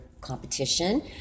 competition